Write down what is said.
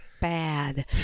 bad